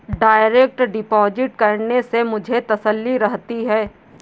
direct deposit करने से मुझे तसल्ली रहती है